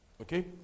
okay